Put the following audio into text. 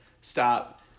stop